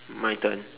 my turn